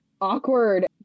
awkward